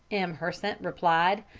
m. hersant replied.